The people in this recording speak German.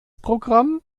programm